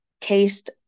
taste